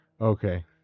Okay